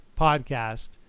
Podcast